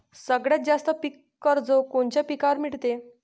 सगळ्यात जास्त पीक कर्ज कोनच्या पिकावर मिळते?